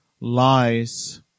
lies